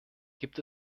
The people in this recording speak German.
gibt